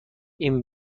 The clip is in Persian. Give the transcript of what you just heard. این